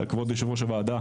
בפני כבוד יו"ר הוועדה,